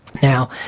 now,